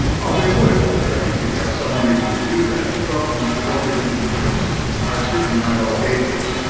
oh they would and i think they've got some reason to do that. the problem is the no religion types are certainly not all atheists.